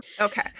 Okay